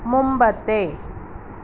മുമ്പത്തെ